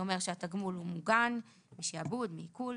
שאומר שהתגמול הוא מוגן משעבוד, מעיקול.